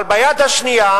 אבל ביד השנייה